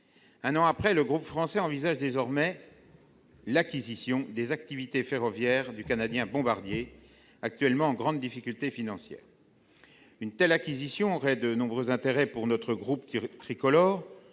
Un an après, le groupe français envisage désormais l'acquisition des activités ferroviaires du canadien Bombardier, actuellement en grande difficulté financière. Une telle acquisition aurait de nombreux intérêts pour notre groupe tricolore,